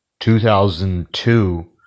2002